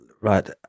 right